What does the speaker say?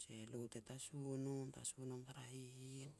jia elo te tasu nom-tasu nom tara hihin